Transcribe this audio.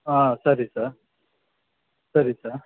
ಹಾಂ ಸರಿ ಸಾರ್ ಸರಿ ಸಾ